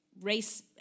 Race